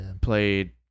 Played